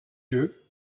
lieu